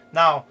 now